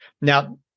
Now